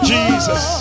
Jesus